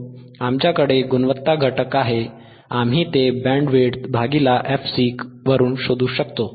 आता आमच्याकडे गुणवत्ता घटक आहे आम्ही ते बँडविड्थ W fC वरून शोधू शकतो